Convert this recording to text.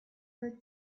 were